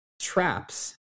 traps